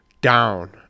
down